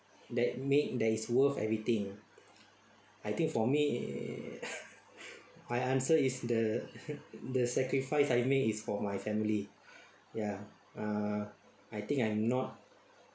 that made that is worth everything I think for me my answer is the the sacrifice I made is for my family ya uh I think I'm not